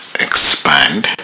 expand